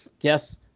yes